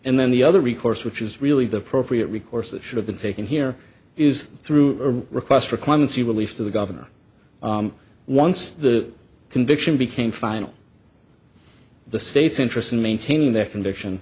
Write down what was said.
and then the other recourse which is really the appropriate recourse that should have been taken here is through request for clemency relief to the governor once the conviction became final the state's interest in maintaining their conviction